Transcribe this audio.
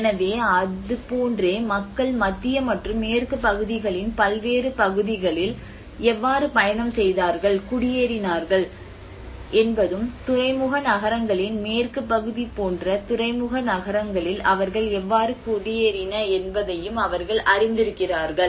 எனவே அதுபோன்றே மக்கள் மத்திய மற்றும் மேற்குப் பகுதிகளின் பல்வேறு பகுதிகளில் மக்கள் எவ்வாறு பயணம் செய்தார்கள் குடியேறினார்கள் குடியேறினார்கள் என்பதும் துறைமுக நகரங்களின் மேற்குப் பகுதி போன்ற துறைமுக நகரங்களில் அவர்கள் எவ்வாறு குடியேறின என்பதையும் அவர்கள் அறிந்திருக்கிறார்கள்